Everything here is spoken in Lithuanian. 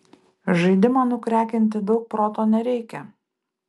žaidimą nukrekinti daug proto nereikia